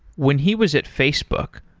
when he was at facebook,